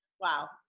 Wow